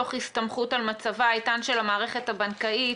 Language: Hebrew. תוך הסתמכות על מצבה האיתן של המערכת הבנקאית,